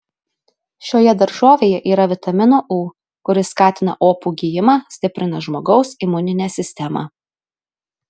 šioje daržovėje yra vitamino u kuris skatina opų gijimą stiprina žmogaus imuninę sistemą